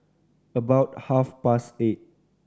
about half past eight